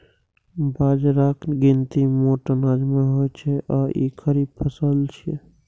बाजराक गिनती मोट अनाज मे होइ छै आ ई खरीफ फसल छियै